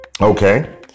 Okay